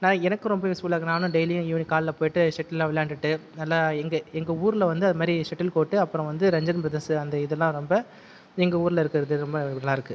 நான் எனக்கும் ரொம்ப யூஸ்ஃபுல்லா இருக்குது நானும் டெய்லியும் ஈவினிங் காலையில் போயிட்டு செட்டில்லாம் விளையாண்டுட்டு நல்லா எங்கள் எங்கள் ஊரில் வந்து அது மாதிரி செட்டில் கோர்ட் அப்புறம் வந்து ரஞ்சன் பிரதர்ஸ் அந்த இதெல்லாம் ரொம்ப எங்கள் ஊரில் இருக்கிறது ரொம்ப நல்லாருக்குது